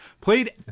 played